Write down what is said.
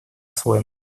своему